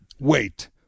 wait